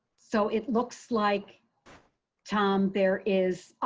so it looks like tom there is